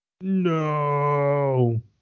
No